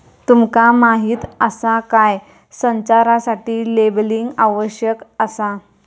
तुमका माहीत आसा काय?, संचारासाठी लेबलिंग आवश्यक आसा